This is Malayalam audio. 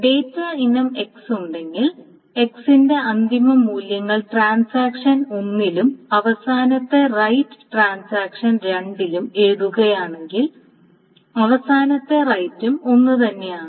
ഡാറ്റാ ഇനം x ഉണ്ടെങ്കിൽ x ന്റെ അന്തിമ മൂല്യങ്ങൾ ട്രാൻസാക്ഷൻ 1 ലും അവസാനത്തെ റൈററ് ട്രാൻസാക്ഷൻ 2 ലും എഴുതുകയാണെങ്കിൽ അവസാനത്തെ റൈറ്റും ഒന്നുതന്നെയാണ്